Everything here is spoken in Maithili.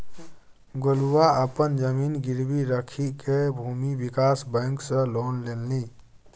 गोलुआ अपन जमीन गिरवी राखिकए भूमि विकास बैंक सँ लोन लेलनि